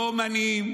לא אומנים,